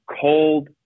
cold